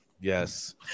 Yes